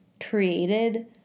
created